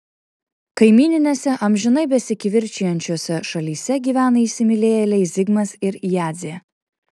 kaimyninėse amžinai besikivirčijančiose šalyse gyvena įsimylėjėliai zigmas ir jadzė